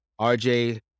RJ